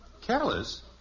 Careless